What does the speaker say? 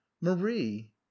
marie